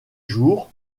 jour